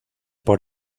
por